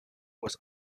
was